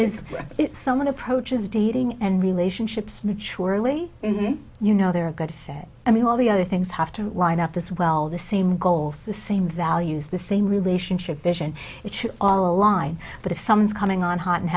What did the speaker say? is it someone approaches dating and relationships mature early you know they're a good fit i mean all the other things have to line up as well the same goals the same values the same relationship vision which all along i but if someone's coming on hot and